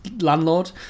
landlord